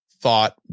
thought